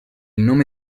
nome